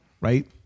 right